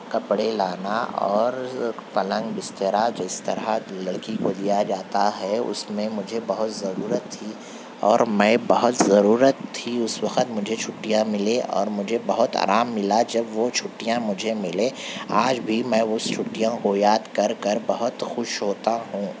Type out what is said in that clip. کپڑے لانا اور پلنگ بسترا جس طرح لڑکی کو دیا جاتا ہے اس میں مجھے بہت ضرورت تھی اور میں بہت ضرورت تھی اس وقت مجھے چھٹیاں ملے اور مجھے بہت آرام ملا جب وہ چھٹیاں مجھے ملے آج بھی میں اس چھٹیوں کو یاد کر کر بہت خوش ہوتا ہوں